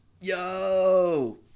Yo